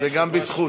וגם בזכות.